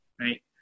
right